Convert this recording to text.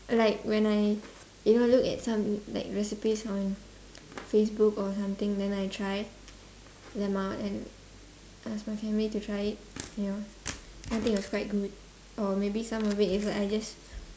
like when I if I look at some like recipes on Facebook or something then I try them out and ask my family to try it you know I think it was quite good or maybe some of it is like I just